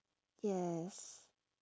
yes